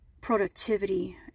productivity